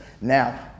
now